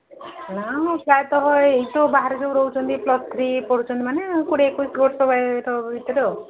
ନା ମ ପ୍ରାୟତଃ ଏଇ ସବୁ ବାହାରେ ଯୋଉ ରହୁଛନ୍ତି ପ୍ଲସ ଥ୍ରୀ ପଢୁଛନ୍ତି ମାନେ କୋଡ଼ିଏ ଏକୋଇଶ ବର୍ଷ ଭିତରେ ଆଉ